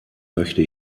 möchte